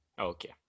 Okay